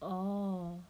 oh